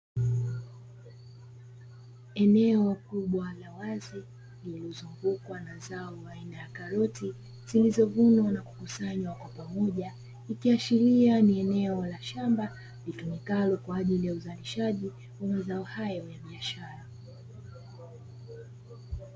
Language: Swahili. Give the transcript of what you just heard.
Eneo kubwa la wazi lililozungukwa na zao aina ya karoti zilizovunwa na kukusanywa kwa pamoja, ikiashiria ni eneo la shamba litumikalo kwa ajili ya uzarishaji wa mazao hayo ya biashara.